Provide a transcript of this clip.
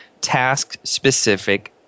task-specific